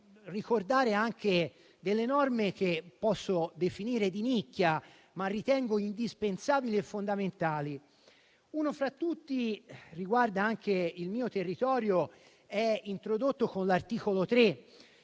ricordare anche delle norme che posso definire di nicchia, che ritengo indispensabili e fondamentali. Una fra tutte riguarda anche il mio territorio e viene introdotta con l'articolo 3,